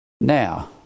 Now